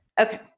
Okay